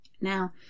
Now